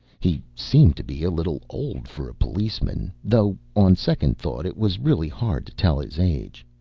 he seemed to be a little old for a policeman, though on second thought it was really hard to tell his age.